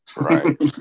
Right